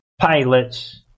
pilots